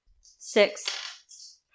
Six